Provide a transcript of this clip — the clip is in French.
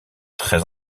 très